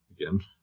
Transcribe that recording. again